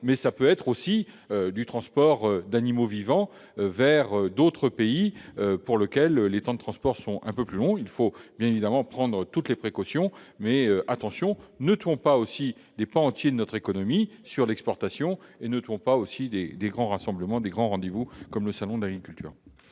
mais je pense aussi au transport d'animaux vivants vers d'autres pays pour lesquels les temps de transport sont un peu plus longs. Il faut bien évidemment prendre toutes les précautions, mais aussi veiller à ne pas tuer des pans entiers de notre économie tournés vers l'exportation ni les grands rassemblements ou rendez-vous comme le Salon de l'agriculture.